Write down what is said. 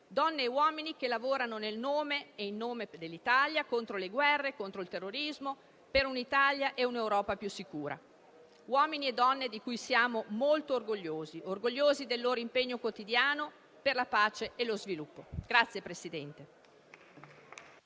donne e uomini che lavorano nel nome e in nome dell'Italia contro le guerre, contro il terrorismo, per un'Italia e un'Europa più sicure; uomini e donne di cui siamo molto orgogliosi; siamo orgogliosi del loro impegno quotidiano per la pace e lo sviluppo.